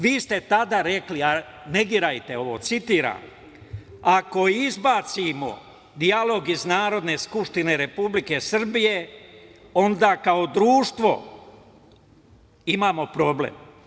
Vi ste tada rekli, a vi negirajte, citiram: "Ako izbacimo dijalog iz Narodne skupštine Republike Srbije, onda kao društvo imamo problem.